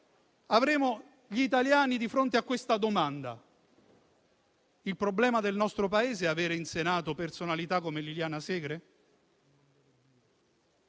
avremo gli italiani di fronte alla seguente domanda. Il problema del nostro Paese è avere in Senato personalità come Liliana Segre?